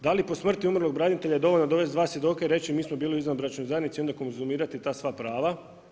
Da li po smrti umrlog branitelja je dovoljno dovesti 2 svjedoka i reći mi smo bili u izvanbračnoj zajednici i onda konzumirati ta sva prava.